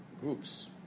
groups